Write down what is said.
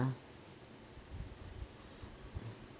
~ a